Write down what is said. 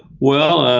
well,